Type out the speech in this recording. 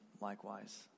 likewise